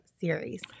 series